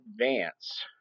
advance